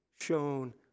shown